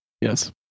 yes